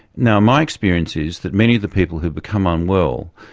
now, my experience is that many of the people who become unwell,